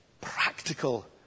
practical